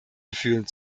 gefühlen